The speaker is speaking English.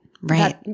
Right